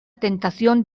tentación